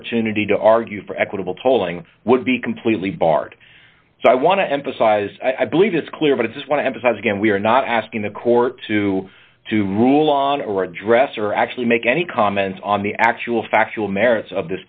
opportunity to argue for equitable tolling would be completely barred so i want to emphasize i believe it's clear but it does want to emphasize again we are not asking the court to rule on or address or actually make any comments on the actual factual merits of